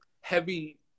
heavy